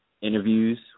interviews